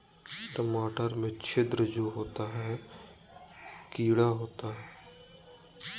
टमाटर में छिद्र जो होता है किडा होता है?